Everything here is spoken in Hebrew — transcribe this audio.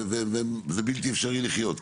וזה בלתי אפשרי לחיות ככה.